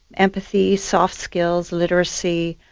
empathy, soft skills, literacy,